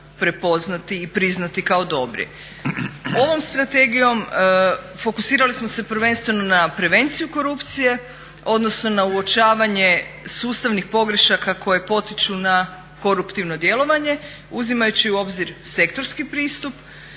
prepoznati i priznati dobri. Ovom strategijom fokusirali smo se prvenstveno na prevenciju korupcije, odnosno na uočavanje sustavnih pogrešaka koje potiču na koruptivno djelovanje uzimajući u obzir sektorski pristup